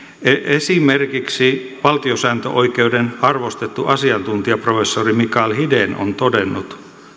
esimerkiksi valtiosääntöoikeuden arvostettu asiantuntija professori mikael hiden on todennut